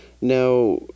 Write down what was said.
Now